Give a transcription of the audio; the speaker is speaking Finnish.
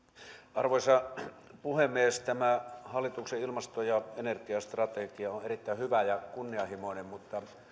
arvoisa puhemies tämä hallituksen ilmasto ja energiastrategia on on erittäin hyvä ja kunnianhimoinen mutta